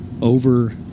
over